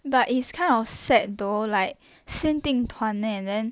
but it's kind of sad though like 限定团 eh and then